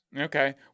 Okay